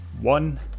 one